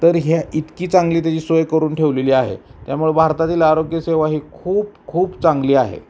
तर ह्या इतकी चांगली त्याची सोय करून ठेवलेली आहे त्यामुळं भारतातील आरोग्यसेवा ही खूप खूप चांगली आहे